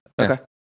Okay